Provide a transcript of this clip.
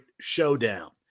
showdown